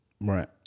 Right